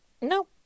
No